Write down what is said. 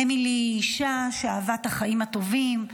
אמילי היא אישה שאהבה את החיים הטובים,